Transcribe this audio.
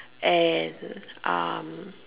and um